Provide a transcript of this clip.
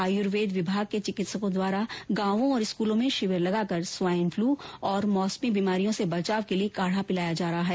आयुर्वेद विभाग के चिकित्सकों द्वारा गांवों और स्कूलों में शिविर लगाकर स्वाईन फ्लू और मौसमी बीमारियों से बचाव के लिये काड़ा पिलाया जा रहा है